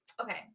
okay